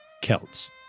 Celts